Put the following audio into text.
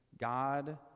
God